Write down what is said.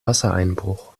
wassereinbruch